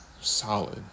Solid